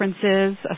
differences